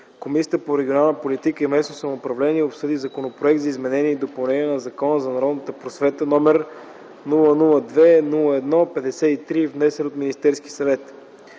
Комисията по регионална политика и местно самоуправление обсъди Законопроект за изменение и допълнение на Закона за народната просвета, № 002-01-53, внесен от Министерския съвет.